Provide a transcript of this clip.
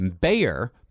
Bayer